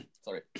Sorry